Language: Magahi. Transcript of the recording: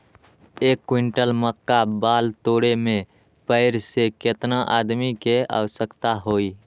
एक क्विंटल मक्का बाल तोरे में पेड़ से केतना आदमी के आवश्कता होई?